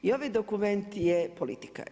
I ovaj dokument je politika.